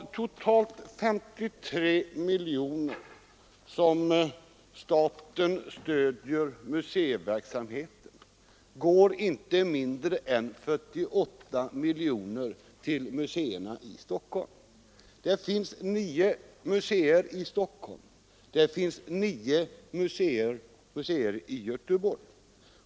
Av totalt 53 miljoner kronor i statliga bidrag går inte mindre än 48 miljoner till museerna i Stockholm. Det finns nio museer i Stockholm och nio museer i Göteborg.